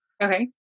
Okay